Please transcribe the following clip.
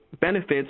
benefits